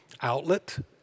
outlet